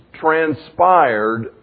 transpired